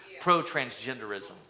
pro-transgenderism